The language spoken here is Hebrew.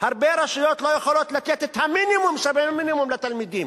הרבה רשויות לא יכולות לתת את המינימום שבמינימום לתלמידים.